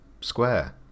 square